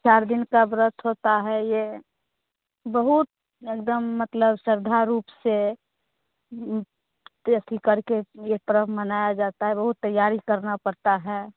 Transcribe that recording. चार दिन का व्रत होता है ये बहुत एकदम मतलब श्रद्धा रूप से त्यति करके ये पर्व मनाया जाता है रोज तैयारी करना पड़ता है